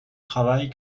travail